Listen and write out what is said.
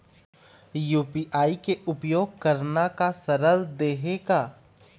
UPI के उपयोग करना का सरल देहें का?